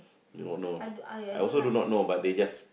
no no I also do not know but they just